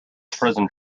prisoner